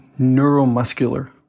neuromuscular